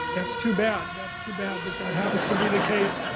that's too bad, that's too bad that that happens to be the case.